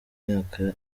myaka